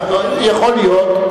יכול להיות.